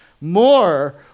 more